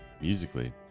musically